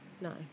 No